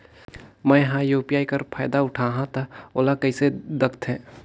मैं ह यू.पी.आई कर फायदा उठाहा ता ओला कइसे दखथे?